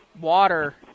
water